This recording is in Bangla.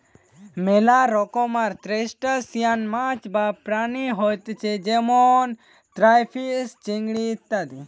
মেলা রকমকার ত্রুসটাসিয়ান মাছ বা প্রাণী হতিছে যেমন ক্রাইফিষ, চিংড়ি ইত্যাদি